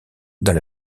dans